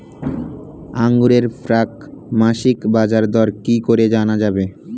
আঙ্গুরের প্রাক মাসিক বাজারদর কি করে জানা যাবে?